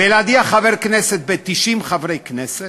ולהדיח חבר כנסת ב-90 חברי כנסת,